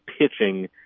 pitching